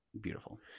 beautiful